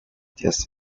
this